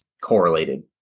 correlated